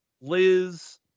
Liz